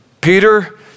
Peter